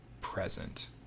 present